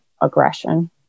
aggression